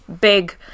big